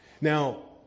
Now